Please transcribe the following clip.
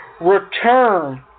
return